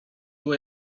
było